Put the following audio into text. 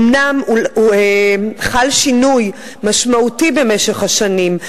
אומנם חל שינוי משמעותי במשך השנים,